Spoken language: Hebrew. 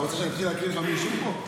אתה רוצה שאני אתחיל להקריא לך מי השאיר פה?